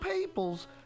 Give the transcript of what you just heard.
peoples